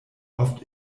oft